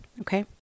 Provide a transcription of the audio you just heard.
okay